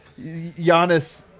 Giannis